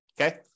Okay